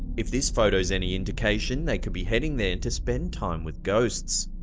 if this photo's any indication, they could be heading there to spend time with ghosts.